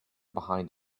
behind